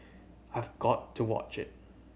I've got to watch it